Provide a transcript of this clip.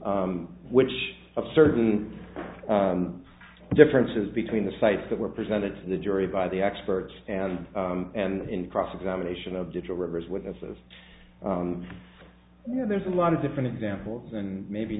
which of certain differences between the sites that were presented to the jury by the experts and and in cross examination of digital river as witnesses you know there's a lot of different examples and maybe